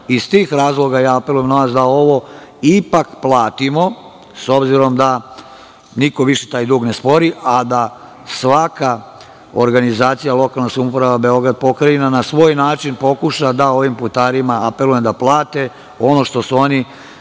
Iz tih razloga apelujem na vas da ovo ipak platimo, s obzirom da niko više taj dug ne spori, a da svaka organizacija, lokalna samouprava, Beograd, pokrajina, na svoj način pokuša da ovim putarima plate ono što su oni,